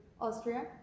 Austria